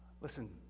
listen